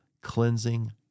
cleansing